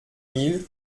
mille